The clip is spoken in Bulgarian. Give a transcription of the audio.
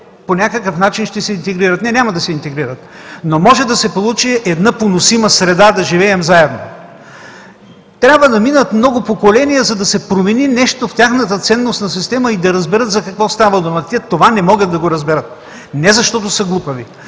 по някакъв начин ще се интегрират. Не, няма да се интегрират, но може да се получи една поносима среда да живеем заедно. Трябва да минат много поколения, за да се промени нещо в тяхната ценностна система и да разберат за какво става дума. Те това не могат да го разберат не защото са глупави,